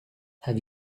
have